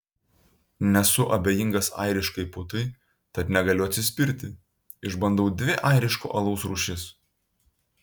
nesu abejingas airiškai putai tad negaliu atsispirti išbandau dvi airiško alaus rūšis